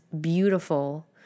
beautiful